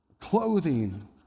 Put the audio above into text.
clothing